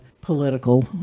political